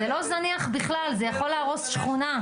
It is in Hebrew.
זה לא זניח בכלל, זה יכול להרוס שכונה.